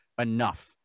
enough